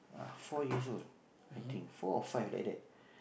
uh four years old four or five like that